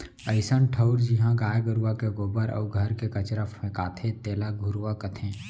अइसन ठउर जिहॉं गाय गरूवा के गोबर अउ घर के कचरा फेंकाथे तेला घुरूवा कथें